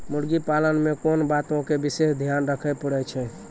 मुर्गी पालन मे कोंन बातो के विशेष ध्यान रखे पड़ै छै?